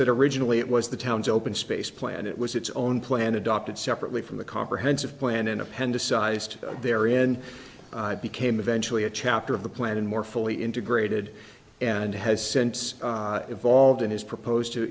that originally it was the town's open space plan it was its own plan adopted separately from the comprehensive plan an appendicitis to there in became eventually a chapter of the plan and more fully integrated and has since evolved in his proposed to